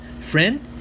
Friend